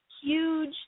Huge